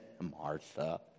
Martha